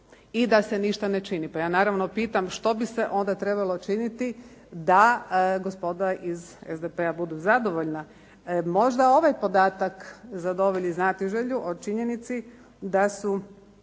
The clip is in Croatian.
i da se ništa ne čini. Pa ja naravno pitam što bi se onda trebalo činiti da gospoda iz SDP-a budu zadovoljna? Možda ovaj podatak zadovolji znatiželju o činjenici da su